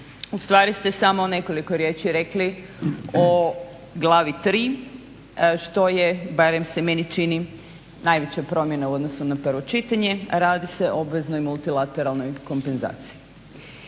ustvari ste samo nekoliko riječi rekli o glavi 3 što je, barem se meni čini, najveća promjena u odnosu na prvo čitanje, a radi se o obveznoj multilateralnoj kompenzaciji.